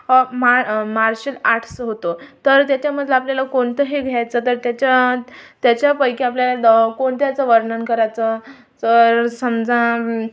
मा martial arts होतं तर त्याच्यामध्ये आपल्याला कोणतं हे घ्यायचं तर त्याच्यात त्याच्यापैकी आपल्याला द कोणत्याचं वर्णन करायचं तर समजा